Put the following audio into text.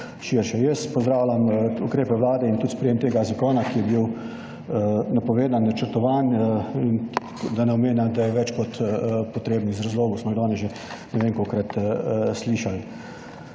širše. Jaz pozdravljam ukrepe vlade in tudi sprejetje tega zakona, ki je bil napovedan, načrtovan, da ne omenjam, da je več kot potreben iz razlogov, ki smo jih danes že ne vem kolikokrat slišali.